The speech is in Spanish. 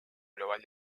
global